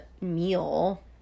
meal